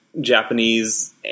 Japanese